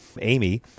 Amy